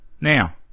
now